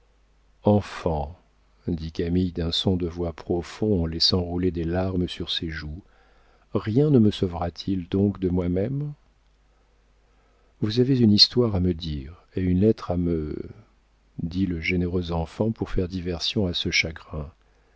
enfant dit camille d'un son de voix profond en laissant rouler des larmes sur ses joues rien ne me sauvera t il donc de moi-même vous avez une histoire à me dire et une lettre à me dit le généreux enfant pour faire diversion à ce chagrin